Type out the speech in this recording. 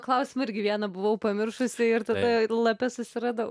klausimą irgi vieną buvau pamiršusi ir tada lape susiradau